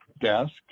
desk